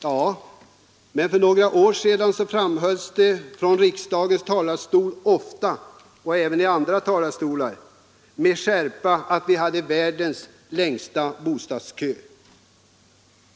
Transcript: Ja, men för några år sedan framhölls det från riksdagens talarstol, och även från andra talarstolar, ofta och med skärpa att vi hade världens längsta bostadskö.